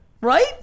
Right